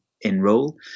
enroll